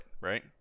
right